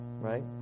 right